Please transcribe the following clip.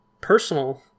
personal